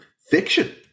fiction